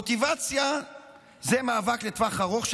המוטיבציה זה מאבק לטווח ארוך,